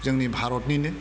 जोंनि भारतनिनो